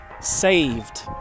saved